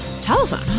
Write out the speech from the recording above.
telephone